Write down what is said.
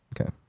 Okay